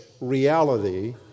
reality